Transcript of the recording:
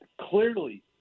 clearly